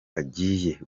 agiye